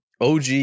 OG